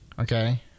Okay